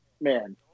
man